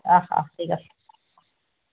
অ অ ঠিক আছে